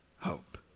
hope